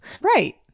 Right